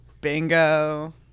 Bingo